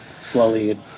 slowly